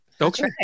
okay